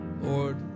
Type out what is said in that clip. Lord